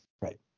Right